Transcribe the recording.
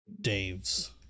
Dave's